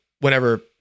whenever